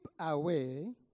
away